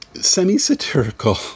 semi-satirical